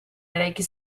eraiki